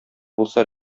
булса